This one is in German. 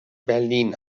berlin